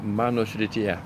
mano srityje